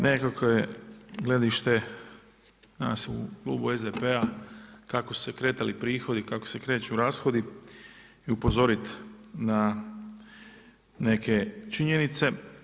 Nekako je gledište nas u klubu SDP-a kako su se kretali prihodi, kako se kreću rashodi i upozorit na neke činjenice.